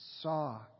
saw